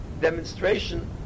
demonstration